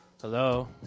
Hello